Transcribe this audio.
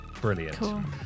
brilliant